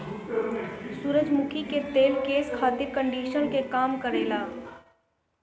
सूरजमुखी के तेल केस खातिर कंडिशनर के काम करेला